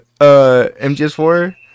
MGS4